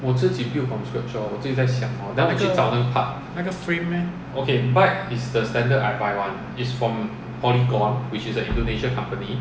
那个那个 frame leh